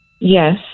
Yes